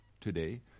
today